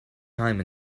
time